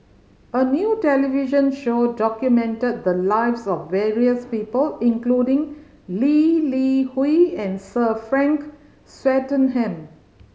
a new television show documented the lives of various people including Lee Li Hui and Sir Frank Swettenham